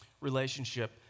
relationship